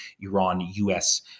Iran-U.S